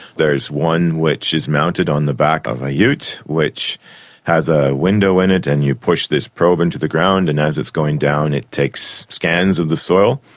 there is one which is mounted on the back of a ute which has a window in it and you push this probe into the ground and as it's going down it takes scans of and the soil.